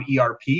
ERP